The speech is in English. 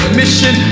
mission